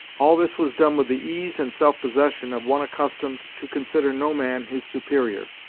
all this was done with the ease and self-possession of one accustomed to consider no man his superior.